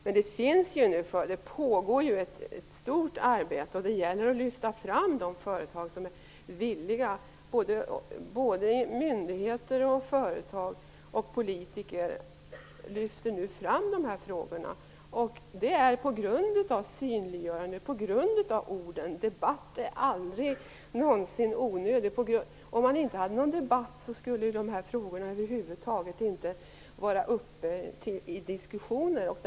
Men det pågår ju ett stort arbete, och det gäller för företag, myndigheter och politiker att lyfta fram dessa frågor. Debatt är aldrig någonsin onödig. Om man inte hade någon debatt skulle dessa frågor över huvud taget inte diskuteras.